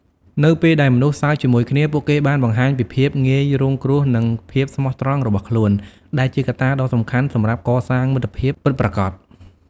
នៅពេលដែលមនុស្សសើចជាមួយគ្នា ពួកគេបានបង្ហាញពីភាពងាយរងគ្រោះនិងភាពស្មោះត្រង់របស់ខ្លួន ដែលជាកត្តាដ៏សំខាន់សម្រាប់កសាងមិត្តភាពពិតប្រាកដ។